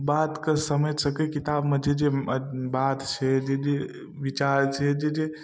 बातके समझि सकै किताबमे जे जे बात छै जे जे विचार छै जे जे